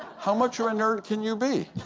how much of a nerd can you be?